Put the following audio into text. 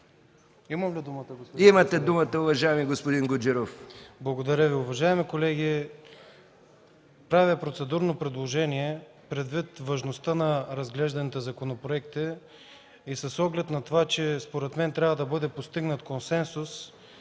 Имате думата, уважаеми господин Гуджеров.